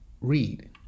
Read